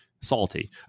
salty